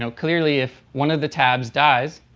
so clearly if one of the tabs dies,